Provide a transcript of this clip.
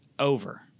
over